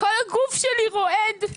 כל הגוף שלי רועד,